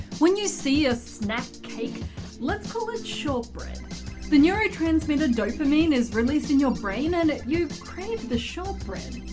when you see a snack cake let's call it shortbread the neurotransmitter dopamine is released in your brain and you crave the shortbread.